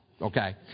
Okay